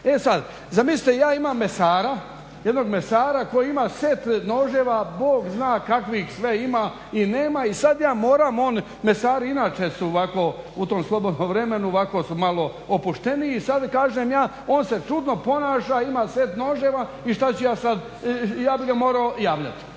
E sada, zamislite ja imam jednog mesara koji ima set noževa Bog zna kakvih sve ima i nema i sada ja moram on mesari su inače u tom slobodnom vremenu ovako su malo opušteniji, sada kažem ja on se čudno ponaša, ima set noževa i što ću ja sada ja bih ga morao javljati.